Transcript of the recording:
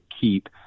keep